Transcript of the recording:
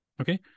okay